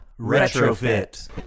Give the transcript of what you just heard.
retrofit